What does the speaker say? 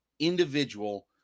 individual